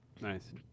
Nice